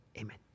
Amen